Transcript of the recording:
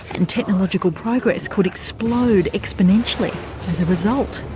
and technological progress could explode exponentially as a result.